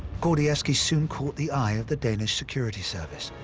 gordievsky soon caught the eye of the danish security service.